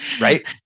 Right